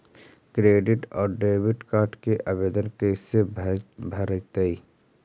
Credit और debit card के आवेदन कैसे भरैतैय?